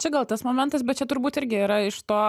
čia gal tas momentas bet čia turbūt irgi yra iš to